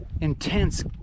intense